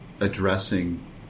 addressing